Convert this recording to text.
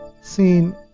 seen